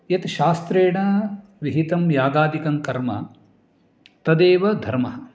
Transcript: यत् शास्त्रेण विहितं यागादिकं कर्म तदेव धर्मः